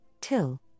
till